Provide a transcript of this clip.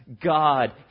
God